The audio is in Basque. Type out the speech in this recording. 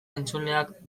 entzuleak